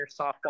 softball